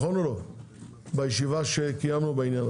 בישיבה שקיימנו בעניין.